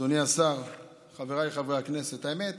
אדוני השר, חבריי חברי הכנסת, האמת,